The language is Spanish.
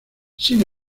sin